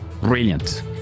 Brilliant